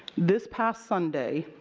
this past sunday